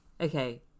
okay